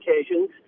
occasions